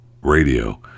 radio